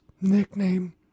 nickname